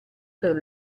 per